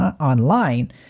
online